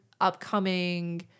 upcoming